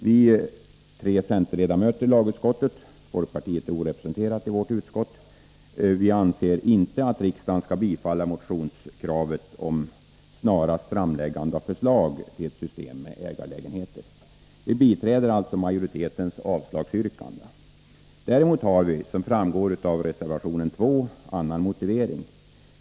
Vi tre centerledamöter i lagutskottet — folkpartiet är orepresenterat i detta utskott — anser inte att riksdagen skall bifalla motionskravet om att snarast framlägga ett förslag till ett system med ägarlägenheter. Vi biträder alltså majoritetens avslagsyrkande. Däremot har vi, som framgår av reservation 2, en annan motivering.